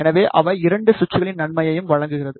எனவே அவை இரண்டு சுவிட்சுகளின் நன்மையையும் வழங்குகிறது